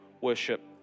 worship